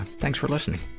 thanks for listening.